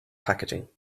packaging